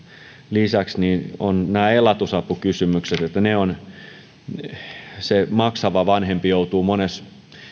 lisäksi on elatusapukysymykset eli se maksava vanhempi joutuu monessa